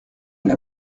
n’a